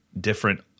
different